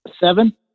seven